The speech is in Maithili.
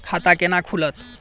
खाता केना खुलत?